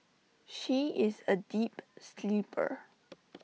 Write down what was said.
she is A deep sleeper